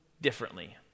differently